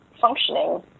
functioning